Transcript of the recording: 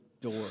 door